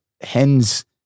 hen's